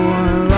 one